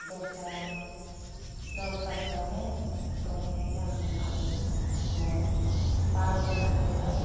दस था दस था सोआवनो सहैनाय जानांगोन आरो न'आव बार' जनसो फैगोन